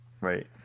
Right